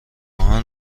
آهن